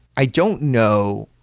i don't know.